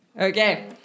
Okay